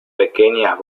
pequeñas